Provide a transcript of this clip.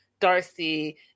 Darcy